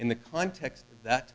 in the context that